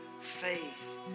faith